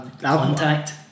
Contact